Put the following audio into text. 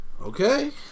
Okay